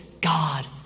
God